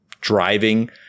driving